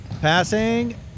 Passing